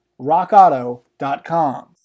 rockauto.com